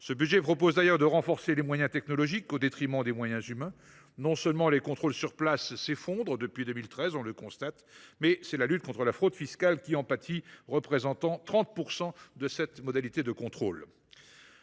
Ce budget prévoit d’ailleurs de renforcer les moyens technologiques au détriment des moyens humains. Les contrôles sur place s’effondrent depuis 2013, et c’est la lutte contre la fraude fiscale qui en pâtit, car elle représente 30 % de cette modalité de contrôle.